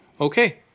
Okay